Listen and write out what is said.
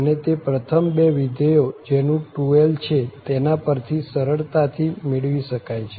અને તે પ્રથમ બે વિધેયો જેનું 2l છે તેના પર થી સરળતા થી મેળવી શકાય છે